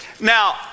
Now